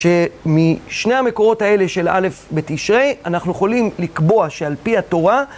שמשני המקורות האלה של א' בתשרי אנחנו יכולים לקבוע שעל פי התורה